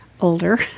older